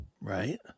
Right